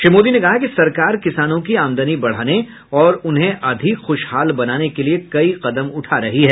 श्री मोदी ने कहा कि सरकार किसानों की आमदनी बढाने और उन्हें अधिक खुशहाल बनाने के लिए कई कदम उठा रही है